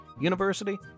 University